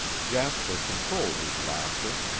jasper controlled his laughter,